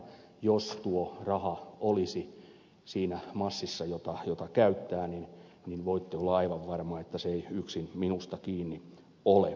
jos tuo raha olisi siinä massissa jota käyttää niin voitte olla aivan varma että se ei yksin minusta kiinni ole